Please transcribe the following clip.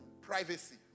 Privacy